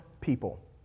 people